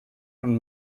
und